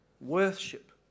worship